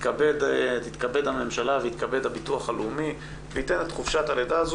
תתכבד הממשלה ויתכבד הביטוח הלאומי וייתן את חופשת הלידה הזאת